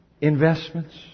investments